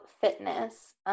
fitness